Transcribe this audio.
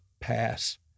pass